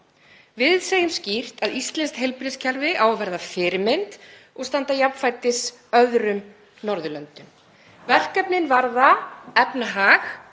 Við segjum skýrt að íslenskt heilbrigðiskerfi á að verða fyrirmynd og standa jafnfætis öðrum Norðurlöndum. Verkefnin varða efnahag